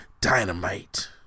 Dynamite